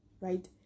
right